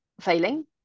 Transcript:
failing